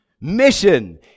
Mission